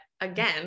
again